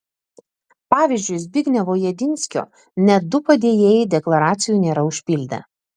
pavyzdžiui zbignevo jedinskio net du padėjėjai deklaracijų nėra užpildę